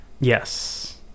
Yes